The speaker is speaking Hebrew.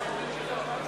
לתיקון פקודת התעבורה (הוראות לעניין השכרת רישיון להפעלת מונית),